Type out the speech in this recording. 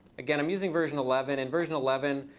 again, i'm using version eleven. in version eleven,